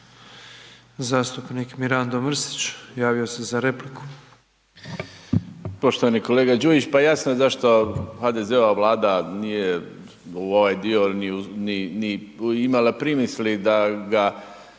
Zastupnik Mirando Mrsić javio se za repliku.